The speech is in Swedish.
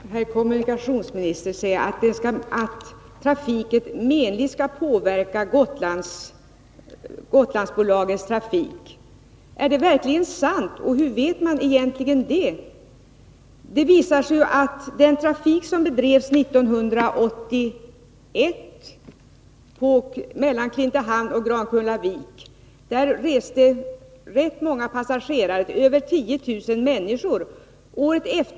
Herr talman! Kommunikationsministern säger att trafiken mellan Klintehamn och Grankullavik menligt skulle påverka Gotlandsbolagets trafik. Är det verkligen sant, och hur vet man egentligen det? Det visade sig att rätt många passagerare — över 10 000 människor — reste mellan Klintehamn och Grankullavik, då trafik bedrevs där 1981.